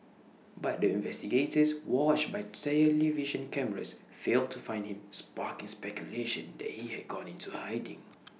but the investigators watched by television cameras failed to find him sparking speculation that he had gone into A hiding